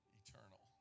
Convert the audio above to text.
eternal